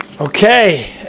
Okay